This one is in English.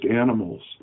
animals